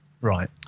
Right